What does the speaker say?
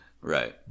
Right